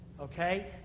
Okay